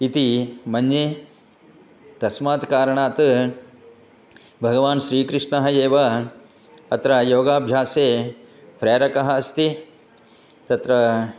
इति मन्ये तस्मात् कारणात् भगवान् श्रीकृष्णः एव अत्र योगाभ्यासे प्रेरकः अस्ति तत्र